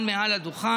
כאן מעל הדוכן: